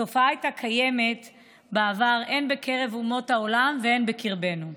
התופעה הייתה קיימת בעבר הן בקרב אומות העולם והן בקרבנו.